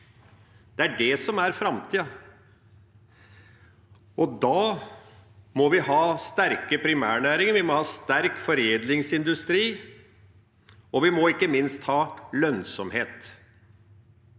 Det er det som er framtida. Og da må vi ha sterke primærnæringer, vi må ha sterk foredlingsindustri, og vi må ikke minst ha lønnsomhet.